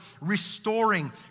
restoring